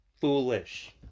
foolish